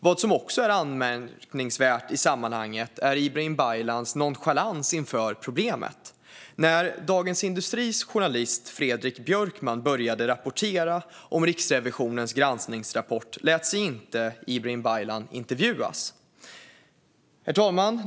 Vad som också är anmärkningsvärt i sammanhanget är Ibrahim Baylans nonchalans inför problemet. När Dagens industris journalist Fredrik Björkman började rapportera om Riksrevisionens granskningsrapport lät Ibrahim Baylan sig inte intervjuas. Herr talman!